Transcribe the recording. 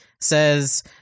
says